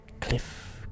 Cliff